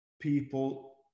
people